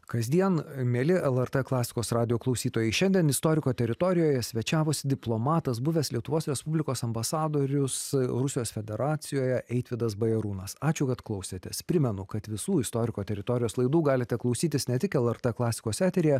kasdien mieli lrt klasikos radijo klausytojai šiandien istoriko teritorijoje svečiavosi diplomatas buvęs lietuvos respublikos ambasadorius rusijos federacijoje eitvydas bajarūnas ačiū kad klausėtės primenu kad visų istoriko teritorijos laidų galite klausytis ne tik lrt klasikos eteryje